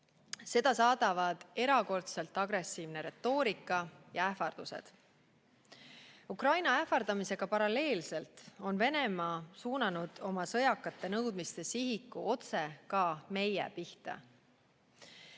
Seda saadavad erakordselt agressiivne retoorika ja ähvardused. Ukraina ähvardamisega paralleelselt on Venemaa suunanud oma sõjakate nõudmiste sihiku otse ka meie pihta.